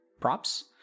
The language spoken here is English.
Props